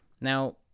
Now